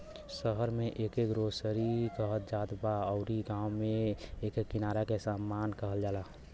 शहर में एके ग्रोसरी कहत जात बा अउरी गांव में एके किराना के सामान कहल जाला